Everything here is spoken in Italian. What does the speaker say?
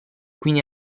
quindi